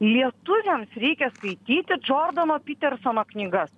lietuviams reikia skaityti džordano pytersono knygas